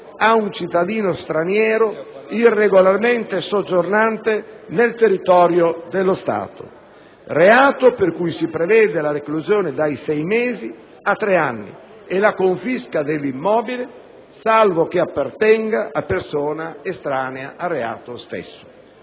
ad un cittadino straniero irregolarmente soggiornante nel territorio dello Stato; reato per cui si prevede la reclusione da sei mesi a tre anni e la confisca dell'immobile, salvo che appartenga a persona estranea al reato stesso.